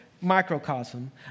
microcosm